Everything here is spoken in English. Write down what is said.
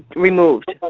removed.